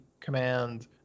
Command